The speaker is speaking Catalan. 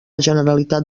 generalitat